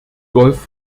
golf